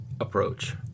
approach